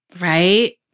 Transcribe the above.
right